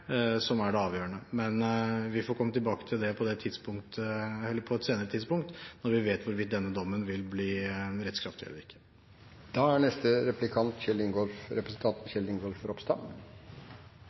som er det avgjørende. Men vi får komme tilbake til det på et senere tidspunkt, når vi vet hvorvidt denne dommen vil bli rettskraftig eller